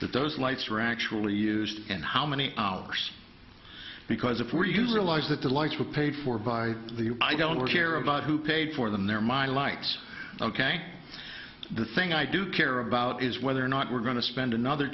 that those lights were actually used and how many hours because if were you realize that the lights were paid for by the i don't work care about who paid for them they're my lights ok the thing i do care about is whether or not we're going to spend another